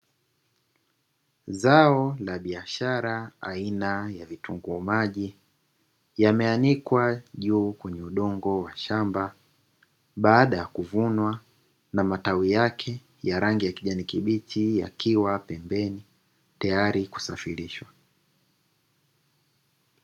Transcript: Zao la biashara aina ya vitunguu maji yameanikwa juu kwenye udongo wa shamba baada ya kuvunwa na matawi yake ya rangi ya kijani kibichi, yakiwa pembeni tayari kusafirishwa.